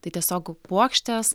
tai tiesiog puokštės